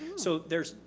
so there's,